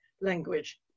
language